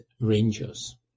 Rangers